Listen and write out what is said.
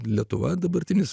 lietuva dabartinis